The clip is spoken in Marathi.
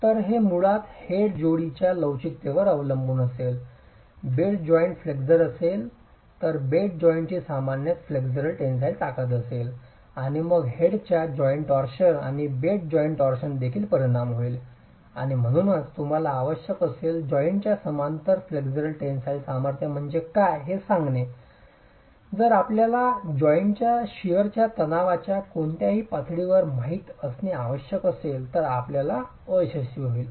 तर हे मुळात हेड जोडीच्या लवचिकतेवर अवलंबून असेल बेड जॉइंट फ्लेक्चर असेल तर बेड जॉइंटची सामान्य फ्लेक्सुरल टेन्सिल ताकद असेल आणि मग हेडच्या जॉइंट टॉरशन आणि बेड जॉइंट टॉर्शनचादेखील परिणाम होईल आणि म्हणूनच तुम्हाला आवश्यक असेल जॉइंट च्या समांतर फ्लेक्सुरल टेन्सिल सामर्थ्य म्हणजे काय हे सांगणे जर आपल्याला जॉइंटतच शिअरच्या तणावाच्या कोणत्या पातळीवर माहित असणे आवश्यक असेल तर आपल्याला अयशस्वी होईल